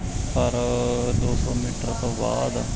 ਪਰ ਦੋ ਸੌ ਮੀਟਰ ਤੋਂ ਬਾਅਦ